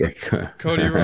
Cody